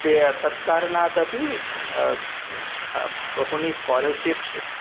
ते तत् कारणात् अपि बहुनि स्कालर्शिप्स्